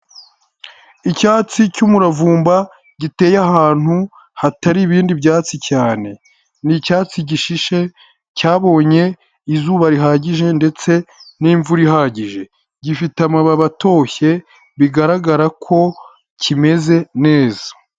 Icyatsi cy'umuravumba giteye ahantu hatari ibindi byatsi cyane, ni icyatsi gishishe cyabonye izuba rihagije ndetse n'imvura ihagije, gifite amabi atoshye bigaragara ko kimeze neza.